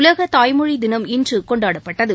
உலக தாய்மொழி தினம் இன்று கொண்டாடப்பட்டது